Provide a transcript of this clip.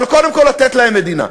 אבל, קודם כול, לתת להם מדינה.